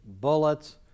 bullets